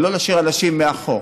ולא להשאיר אנשים מאחור.